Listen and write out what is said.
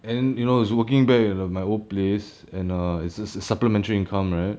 and then you know it's working back at like my workplace and uh it's just supplementary income right